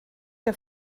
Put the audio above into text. que